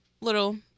little